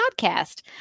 podcast